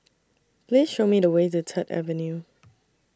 Please Show Me The Way to Third Avenue